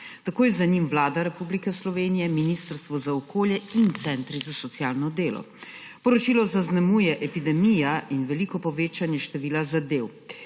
Takoj za njim Vlada Republike Slovenije, Ministrstvo za okolje in prostor in centri za socialno delo. Poročilo zaznamujeta epidemija in veliko povečanje števila zadev.